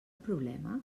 problema